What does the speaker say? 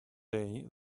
day